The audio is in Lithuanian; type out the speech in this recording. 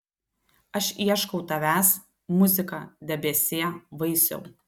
aš ieškau tavęs muzika debesie vaisiau